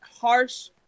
harsh